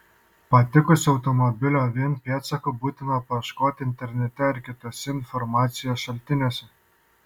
patikusio automobilio vin pėdsakų būtina paieškoti internete ar kituose informacijos šaltiniuose